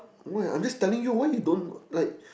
why I'm just telling you why you don't like